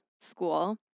school